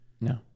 No